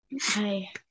Hi